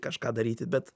kažką daryti bet